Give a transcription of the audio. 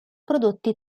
prodotti